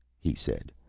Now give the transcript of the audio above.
he said,